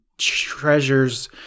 treasures